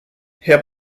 herr